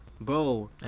Bro